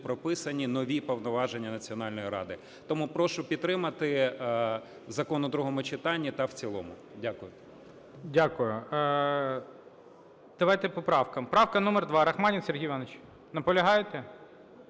прописані нові повноваження Національної ради. Тому прошу підтримати закон у другому читанні та в цілому. Дякую. ГОЛОВУЮЧИЙ. Дякую. Давайте по правках. Правка номер 2. Рахманін Сергій Іванович. Наполягаєте?